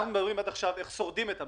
מדברים עד עכשיו על איך שורדים את המשבר.